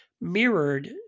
mirrored